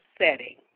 setting